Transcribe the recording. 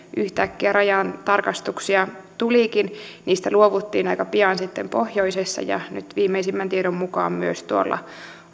yhtäkkiä rajatarkastuksia niistä sitten luovuttiin aika pian pohjoisessa ja nyt viimeisimmän tiedon mukaan myös tuolla